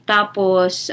Tapos